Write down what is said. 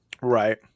Right